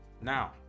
Now